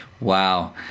Wow